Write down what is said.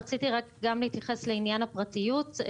רציתי להתייחס לעניין הפרטיות.